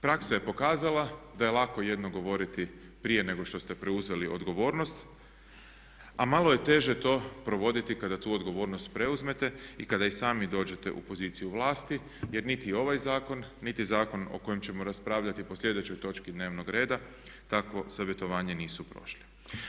Praksa je pokazala da je lako jedno govoriti prije nego što ste preuzeli odgovornost a malo je teže to provoditi kada tu odgovornost preuzmete i kada i sami dođete u poziciju vlasti jer niti ovaj zakon, niti zakon o kojem ćemo raspravljati po sljedećoj točki dnevnog reda takvo savjetovanje nisu prošli.